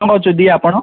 ଆପଣ ଯଦି ଆପଣ